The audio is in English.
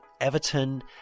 Everton